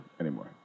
anymore